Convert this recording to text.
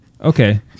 Okay